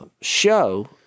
show